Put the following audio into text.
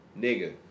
nigga